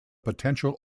potential